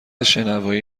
شنوایی